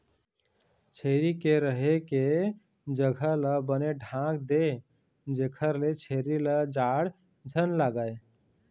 छेरी के रहें के जघा ल बने ढांक दे जेखर ले छेरी ल जाड़ झन लागय